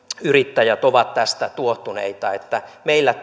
yrittäjät ovat tästä tuohtuneita että meillä